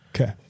Okay